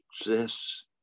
exists